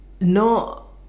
no